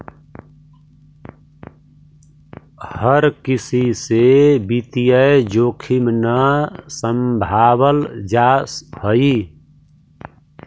हर किसी से वित्तीय जोखिम न सम्भावल जा हई